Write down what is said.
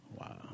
Wow